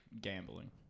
Gambling